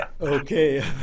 Okay